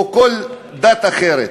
או כל דת אחרת.